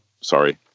sorry